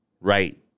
right